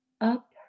up